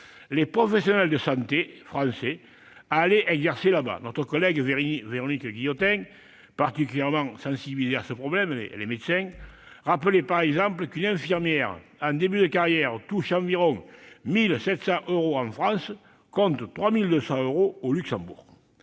les professionnels de santé français à aller exercer de l'autre côté de la frontière. Notre collègue Véronique Guillotin, particulièrement sensibilisée à ce problème en tant que médecin, rappelait par exemple qu'une infirmière en début de carrière touche environ 1 700 euros par mois en France, contre 3 200 euros au Luxembourg.